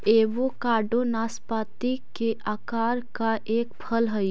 avocado नाशपाती के आकार का एक फल हई